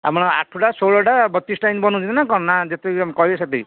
ଆପଣ ଆଠଟା ଷୋହଳଟା ବତିଶଟା ଏମିତି ବନାଉଛନ୍ତି ନା କ'ଣ ନା ଯେତିକି କହିବେ ସେତିକି